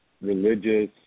religious